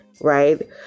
right